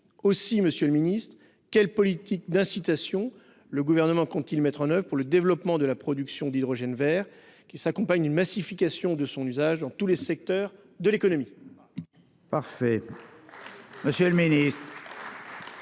Monsieur le ministre, quelle politique d'incitation le Gouvernement compte-t-il mettre en oeuvre pour le développement de la production d'hydrogène vert, qui s'accompagne d'une massification de son usage dans tous les secteurs de l'économie ?